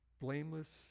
blameless